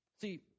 See